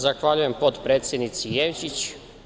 Zahvaljujem potpredsednici Jevđić.